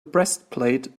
breastplate